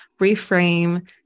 reframe